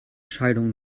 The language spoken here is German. scheidung